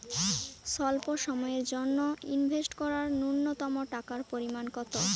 স্বল্প সময়ের জন্য ইনভেস্ট করার নূন্যতম টাকার পরিমাণ কত?